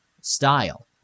style